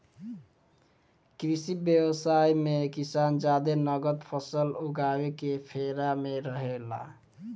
कृषि व्यवसाय मे किसान जादे नगद फसल उगावे के फेरा में रहेला